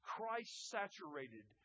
Christ-saturated